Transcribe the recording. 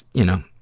you know,